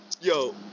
Yo